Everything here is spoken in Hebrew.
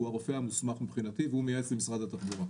הוא הרופא המוסמך מבחינתי והוא מייעץ למשרד התחבורה.